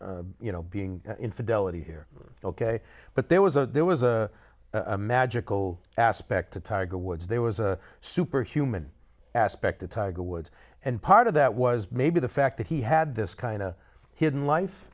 you know being infidelity here ok but there was a there was a magical aspect to tiger woods there was a superhuman aspect tiger woods and part of that was maybe the fact that he had this kind of hidden life